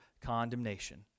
condemnation